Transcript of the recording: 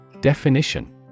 Definition